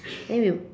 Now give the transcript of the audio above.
then if you